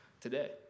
today